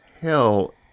hell